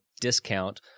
discount